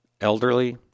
elderly